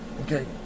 Okay